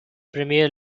premier